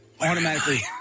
automatically